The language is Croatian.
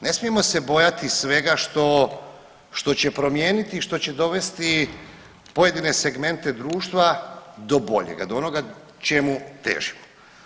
Ne smijemo se bojati svega što će promijeniti i što će dovesti pojedine segmente društva do boljega, do onoga čemu težimo.